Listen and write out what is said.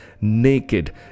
naked